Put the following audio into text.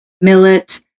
millet